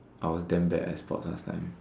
I was damn bad at sports last time